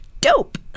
dope